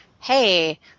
hey